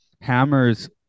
hammers